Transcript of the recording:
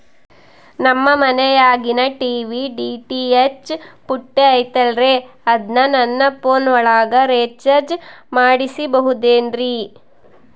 ನಮ್ಮ ಮನಿಯಾಗಿನ TV DTH ಪುಟ್ಟಿ ಐತಲ್ರೇ ಅದನ್ನ ನನ್ನ ಪೋನ್ ಒಳಗ ರೇಚಾರ್ಜ ಮಾಡಸಿಬಹುದೇನ್ರಿ?